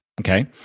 Okay